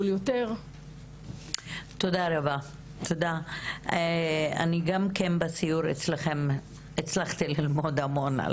במיוחד אחרי האמירה המהדהדת בחדר של להסיר את התוכן,